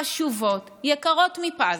חשובות, יקרות מפז,